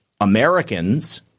Americans